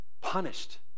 Punished